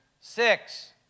Six